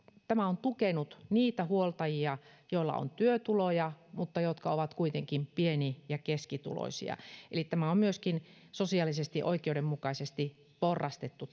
tämä on tukenut niitä huoltajia joilla on työtuloja mutta jotka ovat kuitenkin pieni ja keskituloisia eli tämä meidän lapsivähennyksemme on myöskin sosiaalisesti oikeudenmukaisesti porrastettu